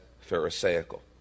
Pharisaical